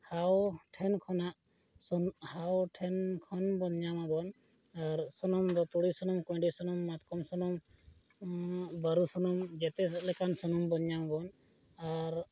ᱦᱟᱣ ᱴᱷᱮᱱ ᱠᱷᱚᱱᱟᱜ ᱦᱟᱣ ᱴᱷᱮᱱ ᱠᱷᱚᱱ ᱵᱚᱱ ᱧᱟᱢ ᱟᱵᱚᱱ ᱟᱨ ᱥᱩᱱᱩᱢ ᱫᱚ ᱛᱩᱲᱤ ᱥᱩᱱᱩᱢ ᱠᱩᱭᱰᱤ ᱥᱩᱱᱩᱢ ᱢᱟᱛᱠᱚᱢ ᱥᱩᱱᱩᱢ ᱵᱟᱹᱨᱩ ᱥᱩᱱᱩᱢ ᱡᱮᱛᱮ ᱞᱮᱠᱟᱱ ᱥᱩᱱᱩᱢ ᱵᱚᱱ ᱧᱟᱢ ᱟᱵᱚᱱ ᱟᱨ